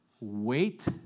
Wait